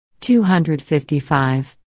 255